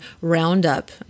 Roundup